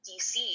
DC